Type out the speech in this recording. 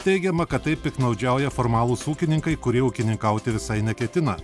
teigiama kad taip piktnaudžiauja formalūs ūkininkai kurie ūkininkauti visai neketina